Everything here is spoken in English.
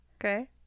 Okay